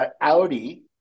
Audi